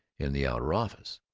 in the outer office.